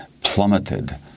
plummeted